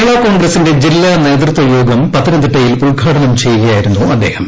കേരളാ കോൺഗ്രസിന്റെ ജില്ലാ നേതൃത്വ മ്യോഗ്രം പത്തനംതിട്ടയിൽ ഉത്ഘാടനം ചെയ്യുകയായിരുന്നു അദ്ദേഹം